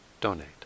donate